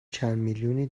چندمیلیونی